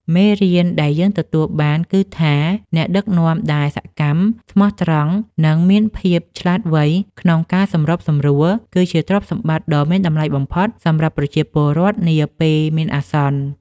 មេរៀនដែលយើងទទួលបានគឺថា អ្នកដឹកនាំដែលសកម្ម ស្មោះត្រង់ និងមានភាពឆ្លាតវៃក្នុងការសម្របសម្រួល គឺជាទ្រព្យសម្បត្តិដ៏មានតម្លៃបំផុតសម្រាប់ប្រជាពលរដ្ឋនាពេលមានអាសន្ន។